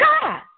God